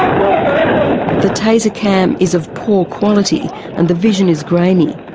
um the taser cam is of poor quality and the vision is grainy.